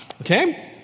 Okay